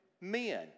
men